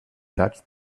touched